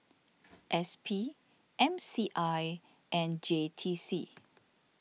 S P M C I and J T C